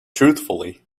truthfully